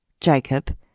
Jacob